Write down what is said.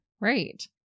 Right